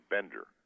Bender